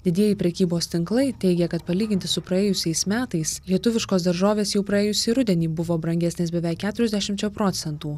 didieji prekybos tinklai teigia kad palyginti su praėjusiais metais lietuviškos daržovės jau praėjusį rudenį buvo brangesnės beveik keturiasdešimčia procentų